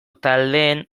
taldeen